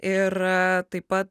ir taip pat